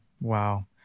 Wow